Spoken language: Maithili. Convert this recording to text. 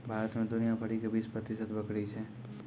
भारत मे दुनिया भरि के बीस प्रतिशत बकरी छै